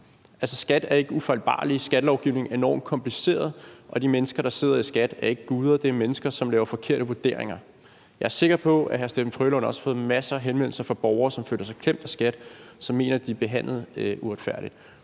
er ikke ufejlbarligt. Skattelovgivningen er enormt kompliceret, og de mennesker, der sidder i skattevæsenet, er ikke guder. Det er mennesker, som laver forkerte vurderinger. Jeg er sikker på, at hr. Steffen W. Frølund også har fået masser af henvendelser fra borgere, som føler sig klemt af skattevæsenet, og som mener, at de er blevet behandlet uretfærdigt.